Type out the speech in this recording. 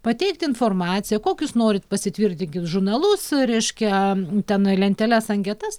pateikt informaciją kokius norit pasitvirtinkit žurnalus reiškia tenai lenteles anketas